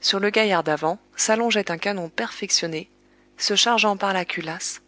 sur le gaillard d'avant s'allongeait un canon perfectionné se chargeant par la culasse